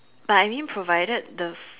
but I mean provided the